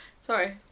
sorry